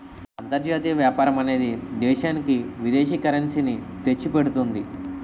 అంతర్జాతీయ వ్యాపారం అనేది దేశానికి విదేశీ కరెన్సీ ని తెచ్చిపెడుతుంది